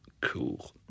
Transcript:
Cool